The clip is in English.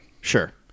Sure